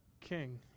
king